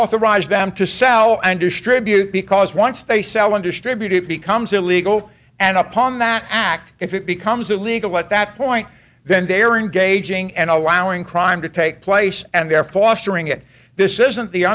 authorize them to sell and distribute because once they sell and distribute it becomes illegal and upon that act if it becomes illegal at that point then they are engaging and allowing crime to take place and therefore assuring it this isn't the